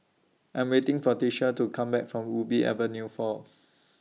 I'm waiting For Tisha to Come Back from Ubi Avenue four